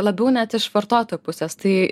labiau net iš vartotojo pusės tai